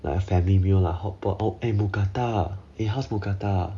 like a family meal lah hotpot oh eh mookata how's mookata